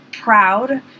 proud